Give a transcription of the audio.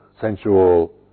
sensual